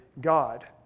God